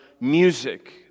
music